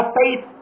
faith